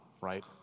right